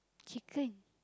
chicken